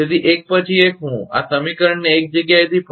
તેથી એક પછી એક હું આ સમીકરણને એક જગ્યાએ ફરીથી લખીશ